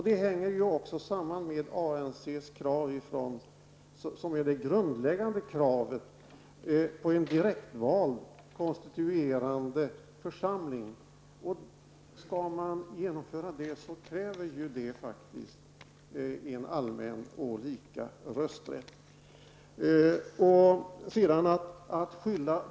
Detta hänger också samman med ANCs grundläggande krav på en direktval konstituerande församling. Genomförandet av en sådan kräver ju faktiskt en allmän och lika rösträtt.